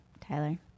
tyler